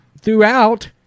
throughout